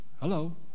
Hello